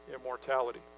immortality